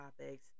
topics